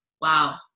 wow